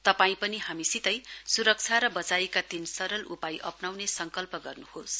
तपाई पनि हामीसितै सुरक्षा र वचाइका तीन सरल उपाय अप्नाउने संकल्प गर्नुहोस